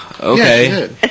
okay